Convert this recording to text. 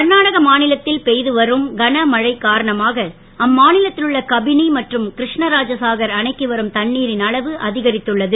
கர்நாடக மாநிலத்தில் பெய்து வரும் கனமழை காரணமாக அம்மாநிலத்தில் உள்ள கபினி மற்றும் கிருஷ்ணராஜசாகர் அணைக்கு வரும் தண்ணீரின் அளவு அதிகரித்துள்ளது